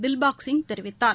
தில்பாக் சிங் தெரிவித்தார்